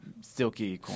silky